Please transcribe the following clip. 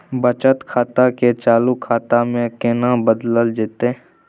बचत खाता के चालू खाता में केना बदलल जेतै?